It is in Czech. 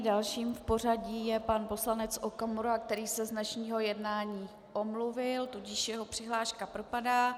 Dalším v pořadí je pan poslanec Okamura, který se z dnešního jednání omluvil, tudíž jeho přihláška propadá.